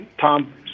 Tom